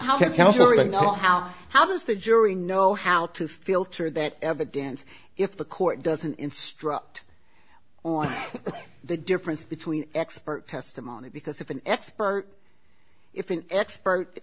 really know how how does the jury know how to filter that evidence if the court doesn't instruct on the difference between expert testimony because if an expert if an expert